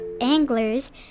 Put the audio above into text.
anglers